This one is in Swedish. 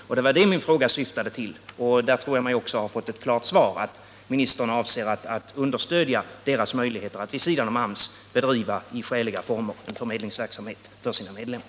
— Det var detta min fråga syftade till. Där tror jag mig också ha fått ett klart svar: att ministern avser att understödja deras möjligheter att vid sidan av AMS bedriva en förmedlingsverksamhet i skäliga former för sina medlemmar. '